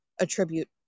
attribute